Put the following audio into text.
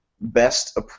best